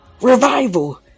Revival